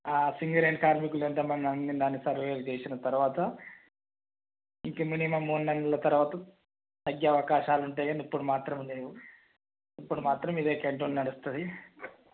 ఆ సింగరేణి కార్మికులు ఎంతమంది అన్ని దాన్ని సర్వేలు చేసిన తరవాత ఇంకా మినిమం మూడు నాలుగు నెలలు తరవాత తగ్గే అవకాశాలు ఉంటాయి కానీ ఇప్పుడు మాత్రం లేవు ఇప్పుడు మాత్రం ఇదే కంటిన్యూ నడుస్తుంది